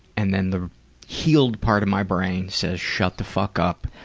and then the healed part of my brain says, shut the fuck up.